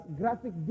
graphic